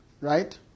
right